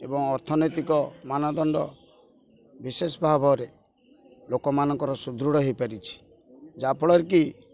ଏବଂ ଅର୍ଥନୈତିକ ମାନଦଣ୍ଡ ବିଶେଷ ଭାବରେ ଲୋକମାନଙ୍କର ସୁଦୃଢ଼ ହେଇପାରିଛି ଯାହାଫଳରେ କି